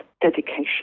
dedication